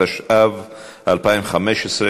התשע"ו 2015,